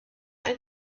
ein